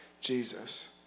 Jesus